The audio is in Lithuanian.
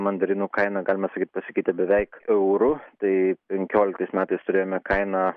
mandarinų kaina galima sakyt pasikeitė beveik euru tai penkioliktais metais turėjome kainą